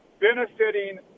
benefiting